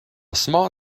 small